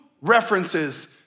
references